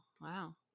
wow